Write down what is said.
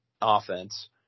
offense